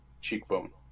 cheekbone